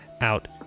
out